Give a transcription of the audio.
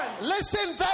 Listen